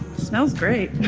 smells great.